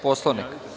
Poslovnika.